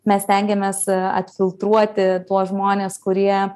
mes stengiamės atfiltruoti tuos žmones kurie